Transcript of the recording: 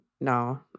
no